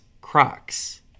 Crocs